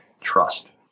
Trust